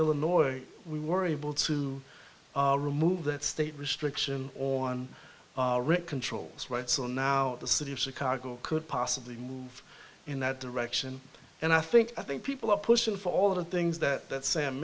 illinois we were able to remove that state restriction on rick controls right so now the city of chicago could possibly move in that direction and i think i think people are pushing for all of the things that that